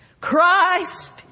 Christ